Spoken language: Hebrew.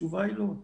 התשובה היא לא.